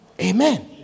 Amen